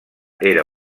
era